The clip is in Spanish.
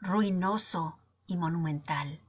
ruinoso y monumental